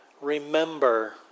remember